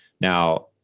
now